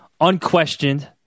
unquestioned